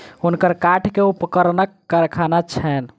हुनकर काठ के उपकरणक कारखाना छैन